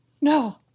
No